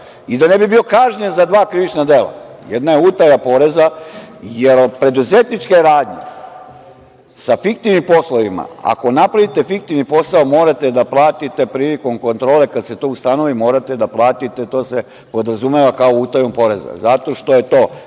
i da ne bio kažnjen za dva krivična dela, jedno je utaja poreza, jer preduzetničke radnje sa fiktivnim poslovima, ako napravite fiktivni posao, morate da platite prilikom kontrole kada se to ustanovi, morate da platite, to se podrazumeva kao utaja poreza zato što je to